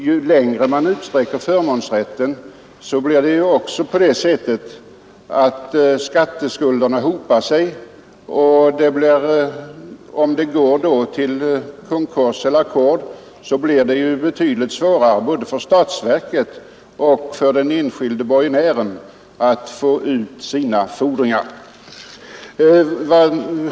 Ju längre man utsträcker förmånsrätten, desto större risk är det för att skatteskulderna hopar sig; och om det går till konkurs blir det betydligt svårare både för statsverket och för den enskilde borgenären att få ut sina fordringar. Blir det ackord förhåller det sig annorlunda.